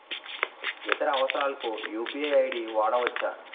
ఇతర అవసరాలకు UPI ID వాడవచ్చా?